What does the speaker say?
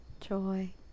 joy